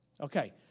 Okay